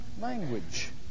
language